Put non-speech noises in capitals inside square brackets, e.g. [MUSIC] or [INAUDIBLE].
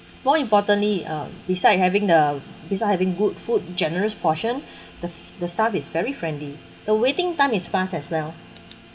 more importantly uh besides having the beside having good food generous portion [BREATH] the the staff is very friendly the waiting time is fast as well